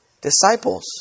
disciples